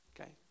Okay